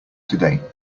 today